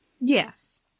yes